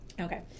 Okay